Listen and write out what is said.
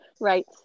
Right